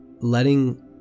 letting